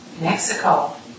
Mexico